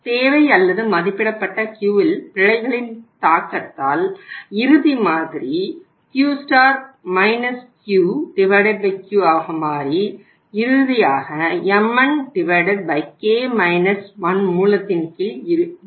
தேவை அல்லது மதிப்பிடப்பட்ட Q இல் பிழைகளின் தாக்கத்தால் இறுதி மாதிரி Q Q Q ஆக மாறி இறுதியாக mnk 1 மூலத்தின் இன் கீழ் வரும்